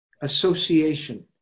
association